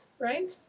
right